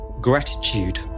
gratitude